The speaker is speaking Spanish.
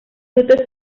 fruto